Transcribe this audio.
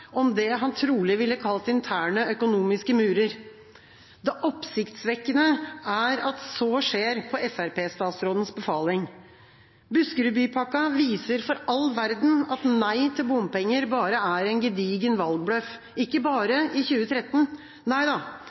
om det han trolig ville kalt interne økonomiske murer. Det oppsiktsvekkende er at så skjer på fremskrittspartistatsrådens befaling. Buskerudbypakka viser for all verden at «Nei til bompenger» bare er en gedigen valgbløff, ikke bare i 2013. Nei da,